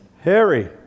Harry